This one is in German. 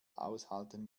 aushalten